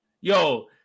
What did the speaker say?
Yo